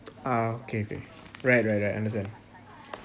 ah okay okay right right right understand